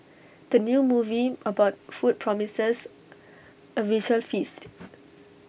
the new movie about food promises A visual feast